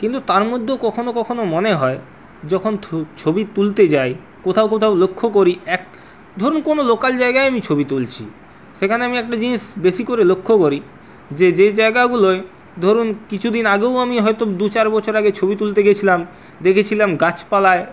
কিন্তু তার মধ্যেও কখনো কখনো মনে হয় যখন ছবি তুলতে যাই কোথাও কোথাও লক্ষ্য করি এক ধরুন কোনো লোকাল জায়গায় আমি ছবি তুলছি সেখানে আমি একটা জিনিস বেশী করে লক্ষ্য করি যে যে জায়গাগুলোয় ধরুন কিছুদিন আগেও আমি হয়তো আমি দু চার বছর আগে ছবি তুলতে গেছিলাম দেখেছিলাম গাছপালায়